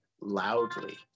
loudly